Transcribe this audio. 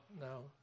no